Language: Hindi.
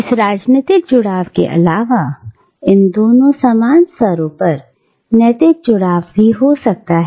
इस राजनीतिक जुराब के अलावा इन दोनों समान स्तरों पर नैतिक जुड़ाव भी हो सकता है